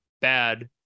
bad